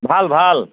ভাল ভাল